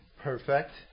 perfect